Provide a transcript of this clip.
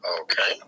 Okay